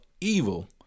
evil